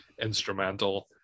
instrumental